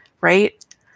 Right